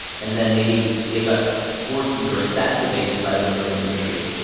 and then maybe they got worsened or exacerbated by the brain injury.